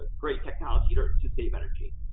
ah great technology to to save energy.